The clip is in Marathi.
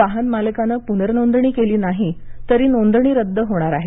वाहन मालकानं पुनर्नोंदणी केली नाही तरी नोंदणी रद्द होणार आहे